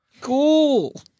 Cool